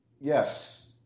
Yes